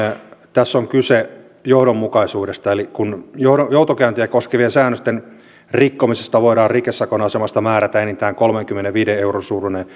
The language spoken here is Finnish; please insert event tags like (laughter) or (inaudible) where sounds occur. tässä on kyse johdonmukaisuudesta eli joutokäyntiä koskevien säännösten rikkomisesta voidaan rikesakon asemasta määrätä enintään kolmenkymmenenviiden euron suuruinen (unintelligible)